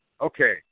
okay